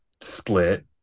split